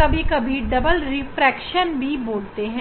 कभी कभी double refraction भी बोलते हैं